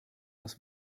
das